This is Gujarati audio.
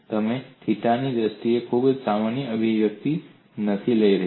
તમે થીટા ની દ્રષ્ટિએ ખૂબ સામાન્ય અભિવ્યક્તિ નથી લઈ રહ્યા